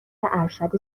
ارشد